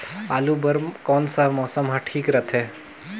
आलू बार कौन सा मौसम ह ठीक रथे?